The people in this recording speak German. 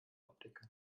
optiker